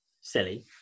silly